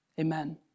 Amen